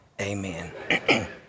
amen